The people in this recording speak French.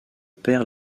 pair